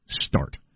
Start